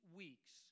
weeks